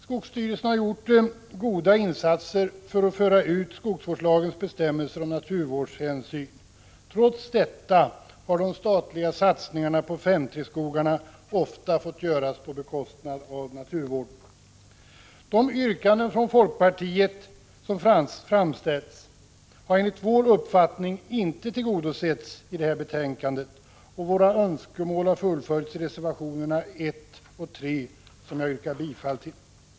Skogsstyrelsen har gjort goda insatser när det gällt att föra ut skogsvårdslagens bestämmelser om naturvårdshänsyn. Trots detta har de statliga satsningarna på 5:3-skogarna ofta fått göras på bekostnad av naturvården. De yrkanden från folkpartiet som framställts har enligt vår uppfattning inte tillgodosetts i betänkandet, och våra önskemål har fullföljts i reservationerna 1 och 3, som jag yrkar bifall till.